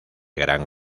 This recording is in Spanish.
gran